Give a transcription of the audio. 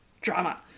drama